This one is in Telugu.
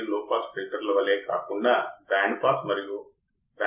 మంచిది కాబట్టి తదుపరి విషయం ఏమిటంటే ఇన్పుట్ బయాస్ కరెంట్